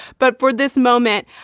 but for this moment,